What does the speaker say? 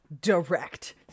direct